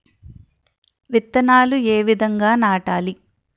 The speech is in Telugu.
విత్తనాలు ఏ విధంగా నాటాలి?